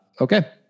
Okay